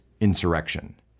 insurrection